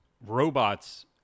robots